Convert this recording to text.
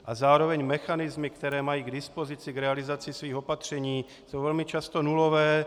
A zároveň mechanismy, které mají k dispozici k realizaci svých opatření, jsou velmi často nulové.